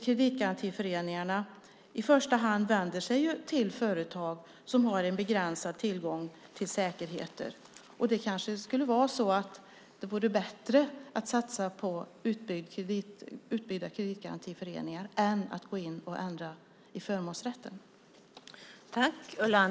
Kreditgarantiföreningarna vänder sig ju i första hand till företag som har begränsad tillgång till säkerheter. Kanske vore det bättre att satsa på utbyggda kreditgarantiföreningar än att gå in och ändra i förmånsrätten.